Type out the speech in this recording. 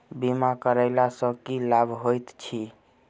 बीमा करैला सअ की लाभ होइत छी?